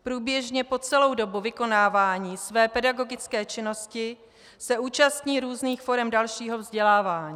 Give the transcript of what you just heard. Průběžně po celou dobu vykonávání své pedagogické činnosti se účastní různých forem dalšího vzdělávání.